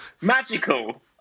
magical